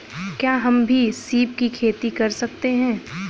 क्या हम भी सीप की खेती कर सकते हैं?